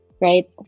right